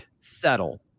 settle